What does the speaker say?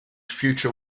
future